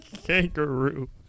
kangaroo